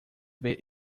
ver